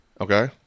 Okay